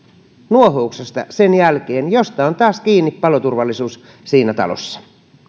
nuohouksesta sen jälkeen mistä on taas kiinni paloturvallisuus siinä talossa